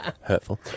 Hurtful